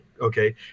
okay